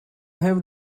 have